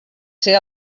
ser